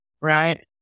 right